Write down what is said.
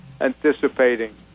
anticipating